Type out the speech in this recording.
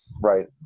Right